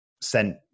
sent